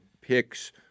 picks